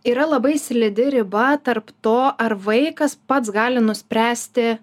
yra labai slidi riba tarp to ar vaikas pats gali nuspręsti